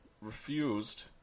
refused